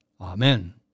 Amen